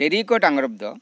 terrycot ᱟᱜᱨᱚᱵ ᱫᱚ